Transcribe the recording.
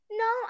no